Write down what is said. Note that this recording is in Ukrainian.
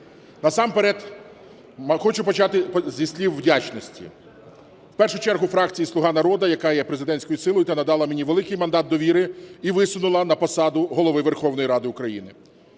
Насамперед хочу почати зі слів вдячності в першу чергу фракції "Слуга народу", яка є президентською силою, та надала мені великий мандат довіри і висунула на посаду Голови Верховної Ради України.